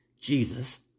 Jesus